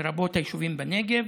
לרבות היישובים בנגב,